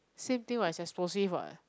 same thing what it's explosive what